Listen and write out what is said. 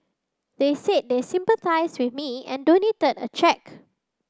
they said they sympathised with me and donated a cheque